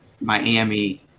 Miami